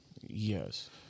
Yes